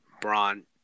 Braun